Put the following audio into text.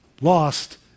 lost